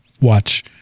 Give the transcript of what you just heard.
watch